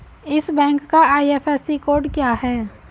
इस बैंक का IFSC code क्या है?